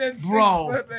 bro